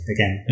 Again